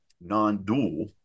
non-dual